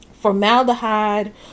Formaldehyde